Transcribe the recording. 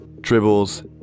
dribbles